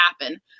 happen